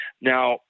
Now